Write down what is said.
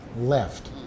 left